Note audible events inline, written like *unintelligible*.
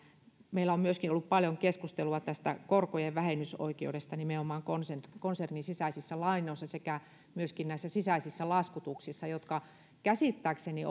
meillä on myöskin ollut paljon keskustelua tästä korkojen vähennysoikeudesta nimenomaan konsernin sisäisissä lainoissa sekä myöskin näissä sisäisissä laskutuksissa jotka käsittääkseni *unintelligible*